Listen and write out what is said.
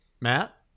Matt